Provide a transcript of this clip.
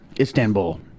Istanbul